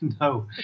No